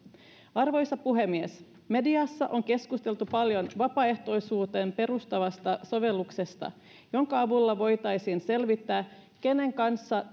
arvoisa puhemies mediassa on keskusteltu paljon vapaaehtoisuuteen perustuvasta sovelluksesta jonka avulla voitaisiin selvittää kenen kanssa